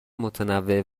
متنوع